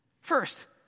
First